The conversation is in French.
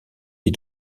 des